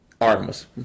Artemis